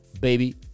baby